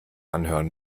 anhören